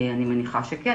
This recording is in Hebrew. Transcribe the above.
אני מניחה שכן.